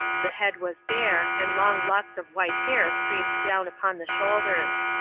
the head was bare, and long locks of white hair streamed down upon the shoulders.